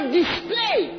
display